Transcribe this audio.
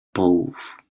połów